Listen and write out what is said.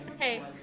Hey